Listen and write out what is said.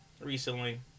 recently